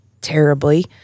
terribly